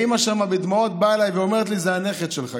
האימא שם באה אליי בדמעות ואומרת לי: זה הנכד שלך.